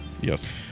Yes